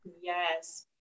Yes